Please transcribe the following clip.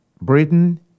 Britain